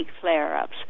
flare-ups